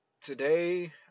today